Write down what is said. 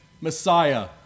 Messiah